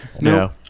No